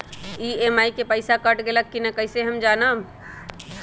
EMI के पईसा कट गेलक कि ना कइसे हम जानब?